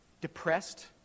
depressed